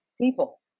people